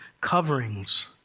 coverings